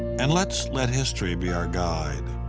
and let's let history be our guide.